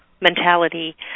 mentality